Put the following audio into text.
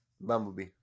Bumblebee